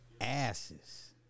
asses